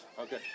Okay